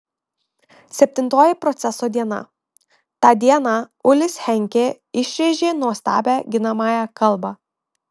septintoji proceso diena tą dieną ulis henkė išrėžė nuostabią ginamąją kalbą